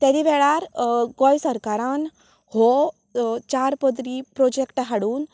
त्या वेळार गोंय सरकारान हो चार पदरी प्रोजेक्ट हाडून